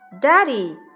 Daddy